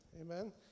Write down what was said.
Amen